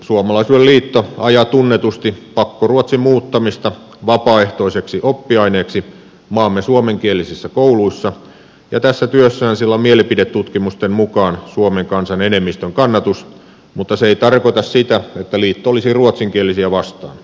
suomalaisuuden liitto ajaa tunnetusti pakkoruotsin muuttamista vapaaehtoiseksi oppiaineeksi maamme suomenkielisissä kouluissa ja tässä työssään sillä on mielipidetutkimusten mukaan suomen kansan enemmistön kannatus mutta se ei tarkoita sitä että liitto olisi ruotsinkielisiä vastaan